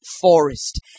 forest